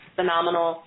phenomenal